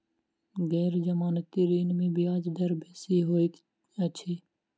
गैर जमानती ऋण में ब्याज दर बेसी होइत अछि